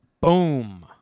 Boom